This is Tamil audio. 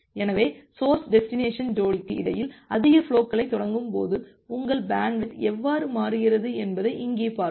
எனவேசோர்ஸ் டெஸ்டினேசன் ஜோடிக்கு இடையில் அதிக ஃபுலோகளை தொடங்கும்போது உங்கள் பேண்ட்வித் எவ்வாறு மாறுகிறது என்பதை இங்கே பார்ப்போம்